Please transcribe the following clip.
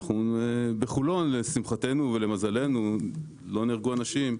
בחולון, לשמחתנו ולמזלנו, לא נהרגו אנשים.